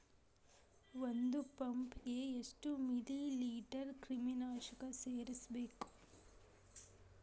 ಒಂದ್ ಪಂಪ್ ಗೆ ಎಷ್ಟ್ ಮಿಲಿ ಲೇಟರ್ ಕ್ರಿಮಿ ನಾಶಕ ಸೇರಸ್ಬೇಕ್?